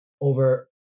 over